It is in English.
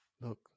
Look